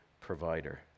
provider